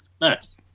Nice